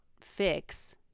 fix